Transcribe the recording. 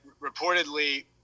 reportedly –